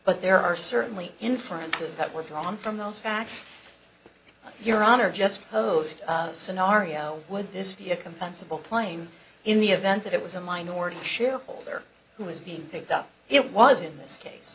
but there are certainly inferences that were drawn from those facts your honor just posed a scenario would this be a compensable plane in the event that it was a minority shareholder who was being picked up it was in this case